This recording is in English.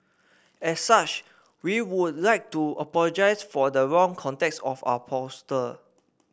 as such we would like to apologise for the wrong context of our poster